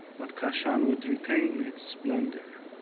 but kashan would retain its splendor.